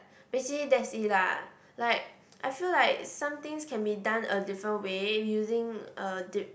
basically that's it lah like I feel like some things can be done a different way using a dic~